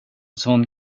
sån